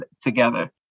together